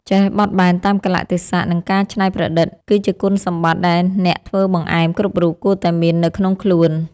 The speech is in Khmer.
ចេះបត់បែនតាមកាលៈទេសៈ និងការច្នៃប្រឌិត គឺជាគុណសម្បត្តិដែលអ្នកធ្វើបង្អែមគ្រប់រូបគួរតែមាននៅក្នុងខ្លួន។